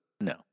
No